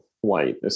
white